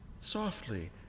softly